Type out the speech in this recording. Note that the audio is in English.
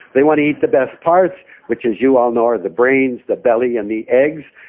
they want to eat the best parts which, as you all know, are the brains, the belly and the eggs,